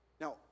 Now